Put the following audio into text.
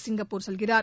Singapore செல்கிறார்